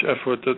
effort